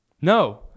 No